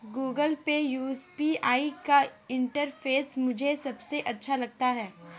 Google Pay UPI का interface मुझे सबसे अच्छा लगता है